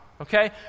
okay